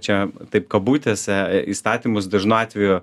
čia taip kabutėse įstatymus dažnu atveju